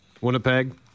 Winnipeg